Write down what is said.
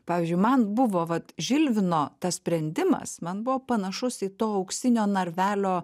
pavyzdžiui man buvo vat žilvino tas sprendimas man buvo panašus į to auksinio narvelio